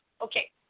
Okay